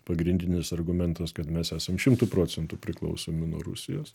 pagrindinis argumentas kad mes esam šimtu procentų priklausomi nuo rusijos